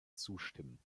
zustimmen